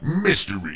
MYSTERY